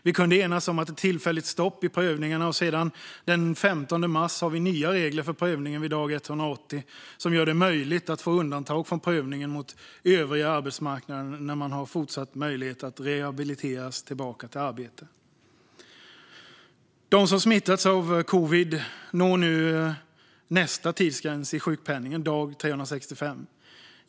Vi kunde enas om ett tillfälligt stopp i prövningarna, och sedan den 15 mars har vi nya regler för prövningen vid dag 180 som gör det möjligt att få undantag från prövningen mot övriga arbetsmarknaden när man har fortsatt möjlighet att rehabiliteras tillbaka till arbete. De som smittats av covid når nu nästa tidsgräns i sjukpenningen, dag 365.